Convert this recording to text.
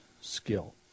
skill